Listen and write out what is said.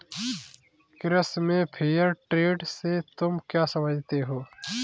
कृषि में fair trade से तुम क्या समझते हो?